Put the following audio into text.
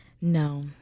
No